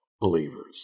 believers